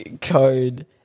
code